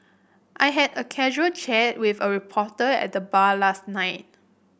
I had a casual chat with a reporter at the bar last night